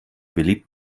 beliebt